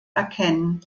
erkennen